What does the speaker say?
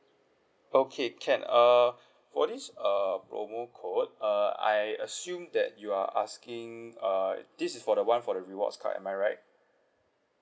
okay can err for this uh promo code uh I assume that you are asking err this is for the one for the rewards card am I right